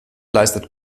leistet